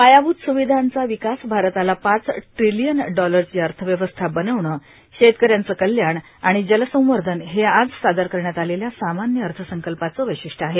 पायाभूत स्विधांचा विकास भारताला पाच ट्रिलियन डॉलरची अर्थव्यवस्था बनवण शेतकऱ्यांचं कल्याण आणि जल संवर्धन हे आज सादर करण्यात आलेल्या सामान्य अर्थसंकल्पाचं वैशिष्ट्य आहे